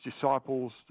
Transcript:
disciples